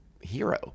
hero